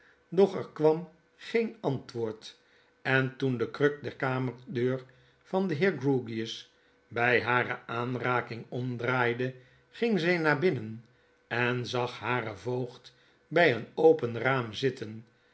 doch er kwam geen antwoord en toen de kruk der kamerdeur van den heer grewgious bij hare aanraking omdraaide ging zg naar binnen en zag haren voogd bij een open raam zitten